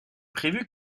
prévu